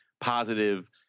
positive